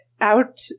out